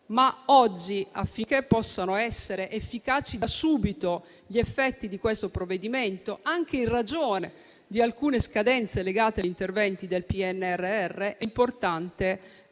Oggi, affinché possano essere efficaci da subito gli effetti di questo provvedimento, anche in ragione di alcune scadenze legate agli interventi del PNRR, è importante